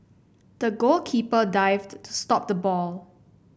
the goalkeeper dived to stop the ball